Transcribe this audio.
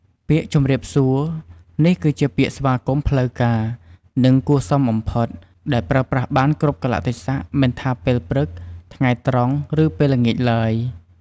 ពាក្យជម្រាបសួរ នេះគឺជាពាក្យស្វាគមន៍ផ្លូវការ និងគួរសមបំផុត ដែលប្រើប្រាស់បានគ្រប់កាលៈទេសៈ មិនថាពេលព្រឹក ថ្ងៃត្រង់ ឬពេលល្ងាចឡើយ។